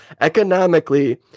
economically